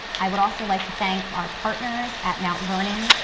i would also like to thank our partners at mount vernon,